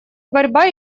борьба